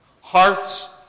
Hearts